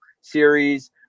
series